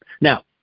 Now